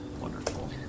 Wonderful